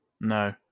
No